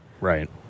Right